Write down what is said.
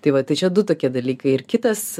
tai va tai čia du tokie dalykai ir kitas